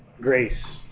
grace